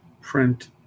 print